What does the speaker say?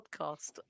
podcast